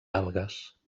algues